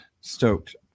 stoked